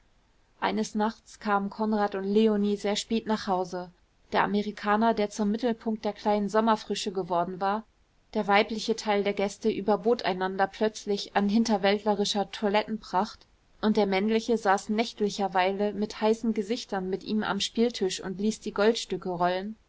eines nachts kamen konrad und leonie sehr spät nach hause der amerikaner der zum mittelpunkt der kleinen sommerfrische geworden war der weibliche teil der gäste überbot einander plötzlich an hinterwäldlerischer toilettenpracht und der männliche saß nächtlicherweile mit heißen gesichtern mit ihm am spieltisch und ließ die goldstücke rollen